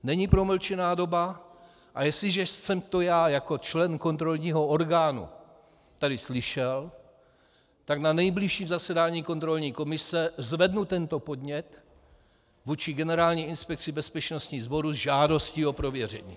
Není promlčená doba, a jestliže jsem to já jako člen kontrolního orgánu tady slyšel, tak na nejbližším zasedání kontrolní komise zvednu tento podnět vůči Generální inspekci bezpečnostních sborů se žádostí o prověření.